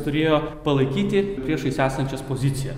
turėjo palaikyti priešais esančias pozicijas